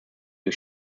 die